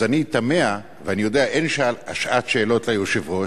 אז אני תמה, ואני יודע, אין שעת שאלות ליושב-ראש,